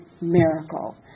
miracle